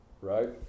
Right